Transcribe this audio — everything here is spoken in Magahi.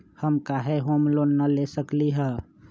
हम काहे होम लोन न ले सकली ह?